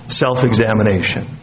self-examination